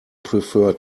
prefer